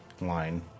line